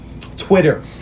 Twitter